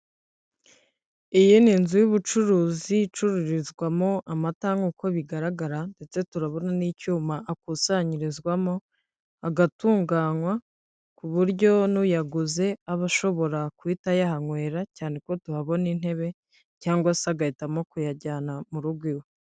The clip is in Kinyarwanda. Iyi ni inzu y'ubucuruzi icururizwamo amata nk'uko bigaragara ndetse turabona n'icyuma akusanyirizwamo agatunganywa ku buryo n'uyaguze aba ashobora guhita ayahanywera cyane ko tuhabona intebe cyangwa se agahitamo kuyajyana mu rugo iwe.